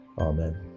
Amen